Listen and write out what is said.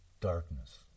darkness